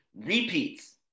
repeats